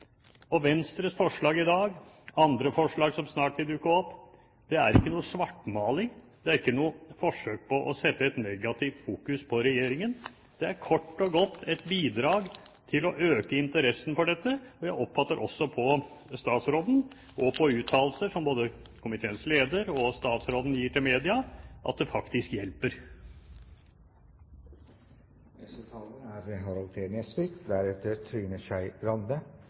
Venstres forslag i dag – og andre forslag som snart vil dukke opp – er ikke noe svartmaling, det er ikke noe forsøk på å sette et negativt fokus på regjeringen; det er kort og godt et bidrag til å øke interessen for dette. Og jeg oppfatter også på statsråden, og på uttalelser som både komiteens leder og statsråden gir til media, at det faktisk hjelper. Dette forslaget er